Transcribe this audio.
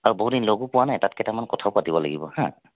আৰু বহুত দিন লগো পোৱা নাই তাত কেইটামান কথাও পাতিব লাগিব হা